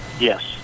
Yes